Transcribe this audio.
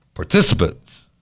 participants